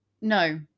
no